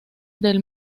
del